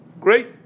great